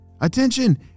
Attention